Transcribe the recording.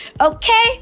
okay